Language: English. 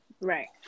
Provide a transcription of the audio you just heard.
Right